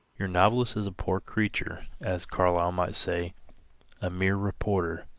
your novelist is a poor creature, as carlyle might say a mere reporter.